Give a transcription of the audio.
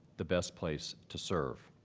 the best place to serve.